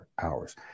hours